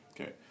Okay